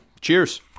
Cheers